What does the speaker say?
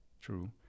true